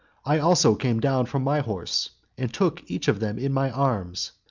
i also came down from my horse, and took each of them in my arms.